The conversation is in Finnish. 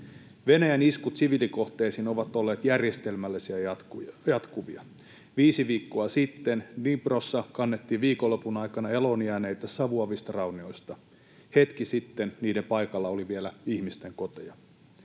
Venäjän iskut siviilikohteisiin ovat olleet järjestelmällisiä ja jatkuvia. Viisi viikkoa sitten Dniprossa kannettiin viikonlopun aikana eloonjääneitä savuavista raunioista. Hetki sitten niiden paikalla oli vielä ihmisten koteja.